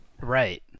Right